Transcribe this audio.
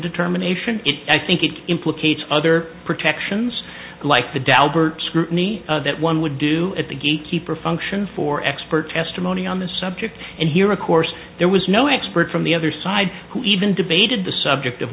determination i think it implicates other protections like the daubert scrutiny that one would do at the gatekeeper function for expert testimony on the subject and here of course there was no expert from the other side who even debated the subject of